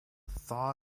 thaw